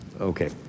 Okay